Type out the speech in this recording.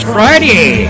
Friday